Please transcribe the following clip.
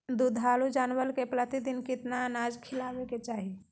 दुधारू जानवर के प्रतिदिन कितना अनाज खिलावे के चाही?